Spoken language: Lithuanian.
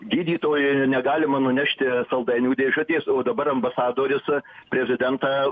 gydytojui negalima nunešti saldainių dėžutės o dabar ambasadorius prezidentą